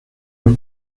los